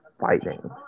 fighting